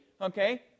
okay